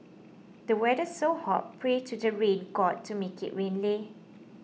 the weather's so hot pray to the rain god to make it rain leh